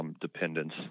dependence